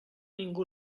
ningú